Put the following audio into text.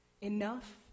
Enough